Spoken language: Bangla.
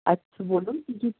আচ্ছা বলুন কী কী